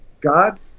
God